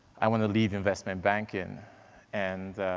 i want to leave investment banking and